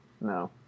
no